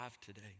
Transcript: today